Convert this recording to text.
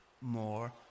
more